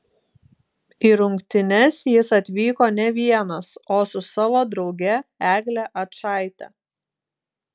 į rungtynes jis atvyko ne vienas o su savo drauge egle ačaite